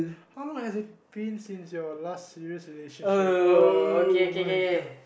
how long has it been since your last serious relationship oh-my-god